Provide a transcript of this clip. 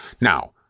Now